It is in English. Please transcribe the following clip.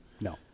No